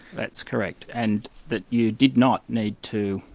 that's correct, and that you did not need to,